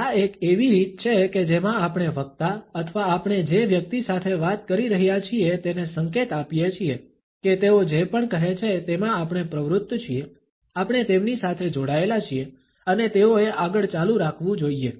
આ એક એવી રીત છે કે જેમાં આપણે વક્તા અથવા આપણે જે વ્યક્તિ સાથે વાત કરી રહ્યા છીએ તેને સંકેત આપીએ છીએ કે તેઓ જે પણ કહે છે તેમાં આપણે પ્રવૃત્ત છીએ આપણે તેમની સાથે જોડાયેલા છીએ અને તેઓએ આગળ ચાલુ રાખવું જોઈએ